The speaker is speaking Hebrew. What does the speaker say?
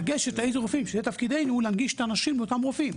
לגשת לאיזה רופאים וזה תפקידנו להנגיש לאנשים את אותם רופאים.